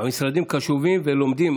המשרדים קשובים ולומדים.